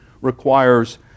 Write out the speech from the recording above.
requires